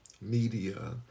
media